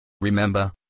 Remember